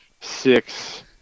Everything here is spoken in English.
six